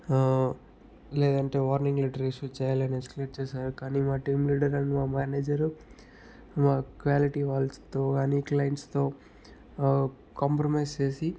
లేదంటే warning letter issue చెయ్యాలని escalate చేశారు కానీ మా టీమ్ లీడర్ అండ్ మేనేజరు మా క్వాలిటీ వాళ్ళతో కానీ క్లయింట్స్తో కాంప్రమైజ్ చేసి